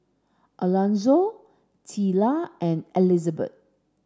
Alonzo Teela and Elizabeth